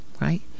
right